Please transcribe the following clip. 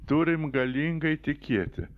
turim galingai tikėti